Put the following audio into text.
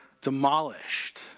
demolished